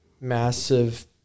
massive